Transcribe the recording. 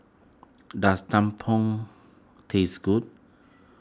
does Tumpeng tastes good